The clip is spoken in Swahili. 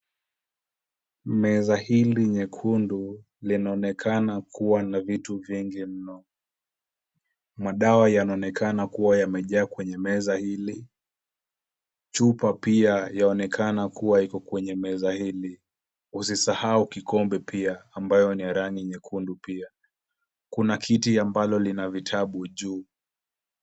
Meza hili nyekundu linaonekana kuwa na vitu vingi mno. Madawa yanaonekana kuwa yamejaa kwenye meza hili. Chupa pia yaonekana kuwa iko kwenye meza hili. Usisahau kikombe pia ambayo ni ya rangi nyekundu pia. Kuna kiti ambalo lina vitabu juu.